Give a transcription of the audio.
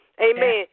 Amen